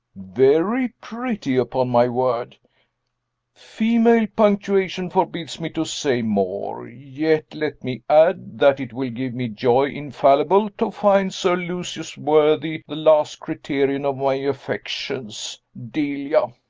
very pretty, upon my word female punctuation forbids me to say more, yet let me add, that it will give me joy infallible to find sir lucius worthy the last criterion of my affections. delia.